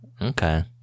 okay